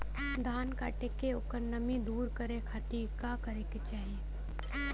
धान कांटेके ओकर नमी दूर करे खाती का करे के चाही?